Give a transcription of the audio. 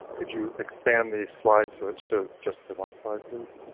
could you expand the slides so it shows just the one slide, please?